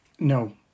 No